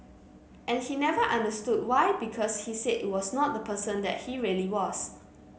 and he never understood why because he said it was not the person that he really was